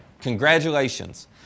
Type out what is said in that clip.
congratulations